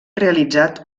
realitzat